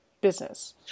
business